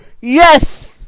Yes